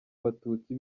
abatutsi